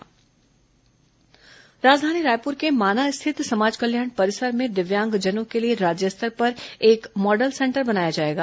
दिव्यांगजन model centre राजधानी रायपुर के माना स्थित समाज कल्याण परिसर में दिव्यांगजनों के लिए राज्य स्तर पर एक मॉडल सेंटर बनाया जाएगा